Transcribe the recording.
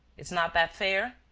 is not that fair?